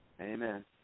Amen